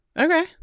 Okay